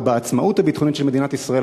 או בעצמאות הביטחונית של מדינת ישראל,